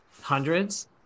Hundreds